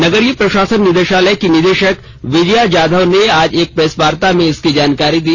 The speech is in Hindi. नगरीय प्रशसन निर्देशालय की निदेशक विजया यादव ने आज एक प्रेस वार्ता में इसकी जानकारी दी